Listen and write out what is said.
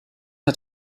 hat